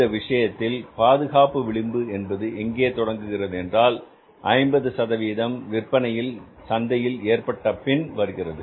இந்த விஷயத்தில் பாதுகாப்பு விளிம்பு என்பது எங்கே தொடங்குகிறது என்றால் 50 சதம் விற்பனையில் சந்தையில் ஏற்பட்டதற்குப்பின் வருகிறது